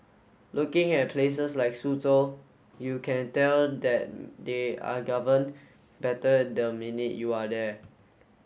looking at places like Suzhou you can tell that they are governed better the minute you are there